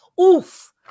Oof